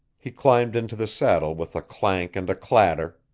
he climbed into the saddle with a clank and a clatter,